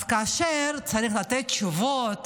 אז כאשר צריך לתת תשובות